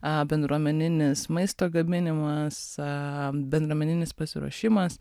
bendruomeninis maisto gaminimas bendruomeninis pasiruošimas